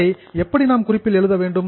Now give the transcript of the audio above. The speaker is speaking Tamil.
அதை எப்படி நாம் குறிப்பில் எழுத வேண்டும்